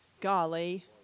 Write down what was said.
Golly